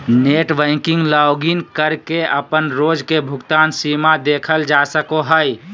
net banking login करके अपन रोज के भुगतान सीमा देखल जा सको हय